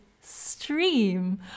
stream